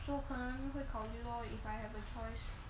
so 可能会考虑 lor if I have a choice